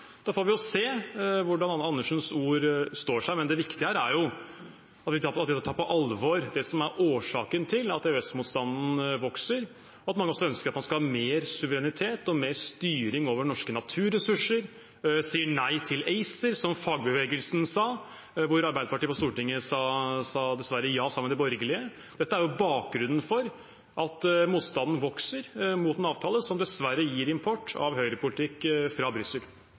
da får vi se hvordan representanten Andersens ord står seg. Men det viktige er hvorvidt man tar på alvor det som er årsaken til at EØS-motstanden vokser: at mange ønsker at man skal ha mer suverenitet og mer styring over norske naturressurser, og at man sier nei til ACER, som fagbevegelsen gjorde, mens Arbeiderpartiet på Stortinget dessverre sa ja sammen med de borgerlige. Dette er bakgrunnen for at motstanden vokser mot en avtale som dessverre gir import av høyrepolitikk fra Brussel.